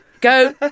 go